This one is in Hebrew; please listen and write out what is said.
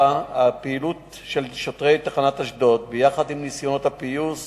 הפעילות של שוטרי תחנת אשדוד יחד עם ניסיונות הפיוס